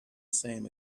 same